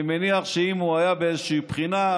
אני מניח שאם הוא היה באיזושהי בחינה,